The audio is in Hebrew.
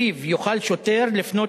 שלפיו יוכל שוטר לפנות